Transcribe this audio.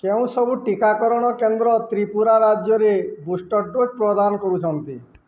କେଉଁ ସବୁ ଟିକାକରଣ କେନ୍ଦ୍ର ତ୍ରିପୁରା ରାଜ୍ୟରେ ବୁଷ୍ଟର୍ ଡୋଜ୍ ପ୍ରଦାନ କରୁଛନ୍ତି